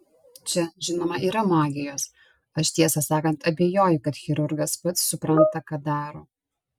čia žinoma yra magijos aš tiesą sakant abejoju kad chirurgas pats supranta ką daro